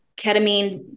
ketamine